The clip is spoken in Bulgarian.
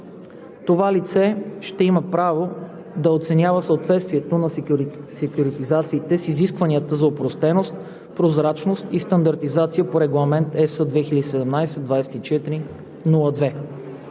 Това лице ще има правото да оценява съответствието на секюритизациите с изискванията за опростеност, прозрачност и стандартизация по Регламент (ЕС) 2017/2402.